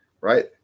right